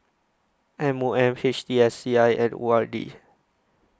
M O M H T S C I and O R D